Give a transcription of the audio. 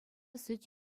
сӗт